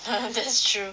that's true